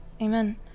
amen